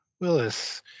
Willis